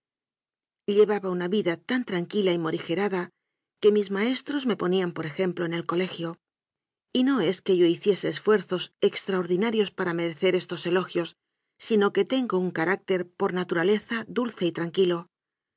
llevaba una vida tan tran quila y morigerada que mis maestros me ponían por ejemplo en el colegio y no es que yo hiciese esfuerzos extraordinarios para merecer estos elo gios sino que tengo un carácter por naturaleza dulce y tranquilo